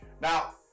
Now